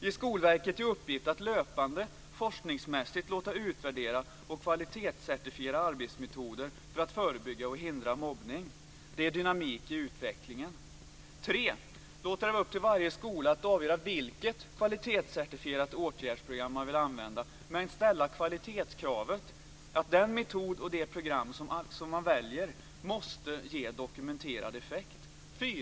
Ge Skolverket i uppgift att löpande forskningsmässigt låta utvärdera och kvalitetscertifiera arbetsmetoder för att förebygga och hindra mobbning och ge dynamik i utvecklingen. 3. Låta det vara upp till varje skola att avgöra vilket kvalitetscertifierat åtgärdsprogram man vill använda men ställa kvalitetskravet att den metod och det program som man väljer måste ge dokumenterad effekt.